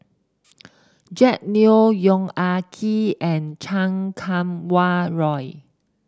Jack Neo Yong Ah Kee and Chan Kum Wah Roy